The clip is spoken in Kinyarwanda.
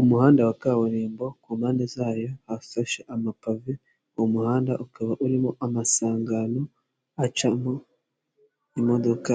Umuhanda wa kaburimbo ku mpande zayo hafashe amapave, uwo muhanda ukaba urimo amasangano acamo imodoka